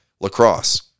Lacrosse